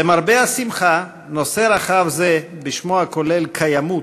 למרבה השמחה, נושא רחב זה, בשמו הכולל, קיימות,